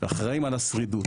אחראים על השרידות.